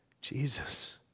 Jesus